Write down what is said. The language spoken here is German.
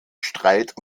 streit